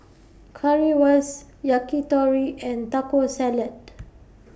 Currywurst Yakitori and Taco Salad